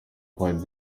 quite